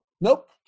Nope